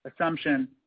assumption